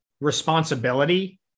responsibility